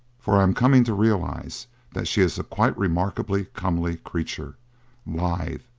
for i am coming to realize that she is a quite remarkably comely creature lithe,